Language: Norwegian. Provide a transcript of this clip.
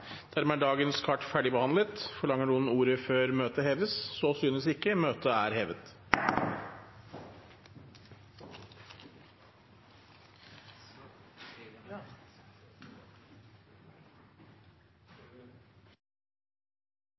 Dermed er dagens kart ferdigbehandlet. Forlanger noen ordet før møtet heves? Så synes ikke. – Møtet er hevet.